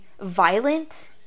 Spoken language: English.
violent